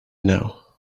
now